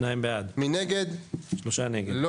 הצבעה בעד, 2 נגד, 3 נמנעים, 0